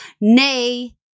Nay